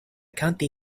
county